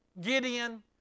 Gideon